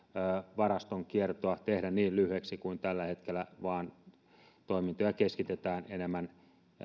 varastonkiertoa ei tehdä niin lyhyeksi kuin tällä hetkellä vaan toimintoja keskitetään enemmän